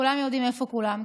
כולם יודעים איפה כולם,